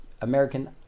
American